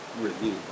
review